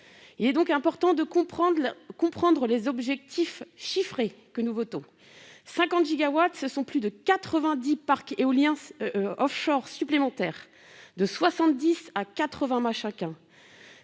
Il est important de comprendre les objectifs chiffrés que nous votons : 50 gigawatts, ce sont plus de 90 parcs éoliens offshore supplémentaires, de 70 à 80 mâts chacun